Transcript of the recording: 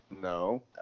No